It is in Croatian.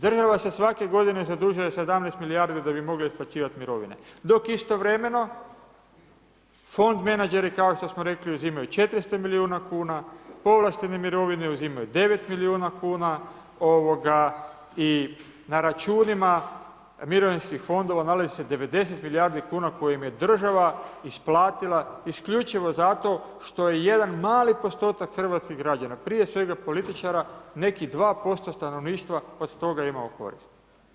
Država se svake godine zadužuje 17 milijardi da bi mogla isplaćivati mirovine, dok istovremeno fond menadžeri kao što smo rekli, uzimaju 400 milijuna kuna, povlaštene mirovine uzimaju 9 milijuna kuna i na računima mirovinskih fondova nalazi se 90 milijardi kuna koje im je država isplatila isključivo zato što je jedan mali postotak hrvatskih građana, prije svega političara, nekih 2% stanovništva od toga imao koristi.